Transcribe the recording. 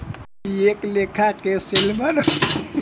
इ एक लेखा के सैल्मन होले जेकरा के एक्वा एडवांटेज सैल्मन कहाला